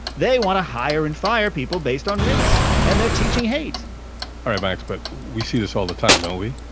they want to hire and fire people based on race, and they're teaching hate all right, max. but we see this all the time, don't we?